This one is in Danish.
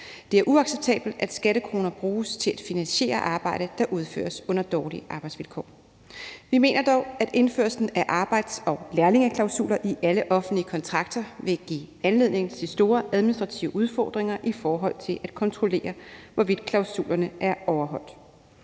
Det er uacceptabelt, at skattekroner bruges til at finansiere arbejde, der udføres under dårlige arbejdsvilkår. Vi mener dog, at indførelsen af arbejds- og lærlingeklausuler i alle offentlige kontrakter vil give anledning til store administrative udfordringer i forhold til at kontrollere, hvorvidt klausulerne er overholdt.